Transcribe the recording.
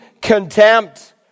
contempt